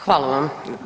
Hvala vam.